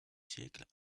siècle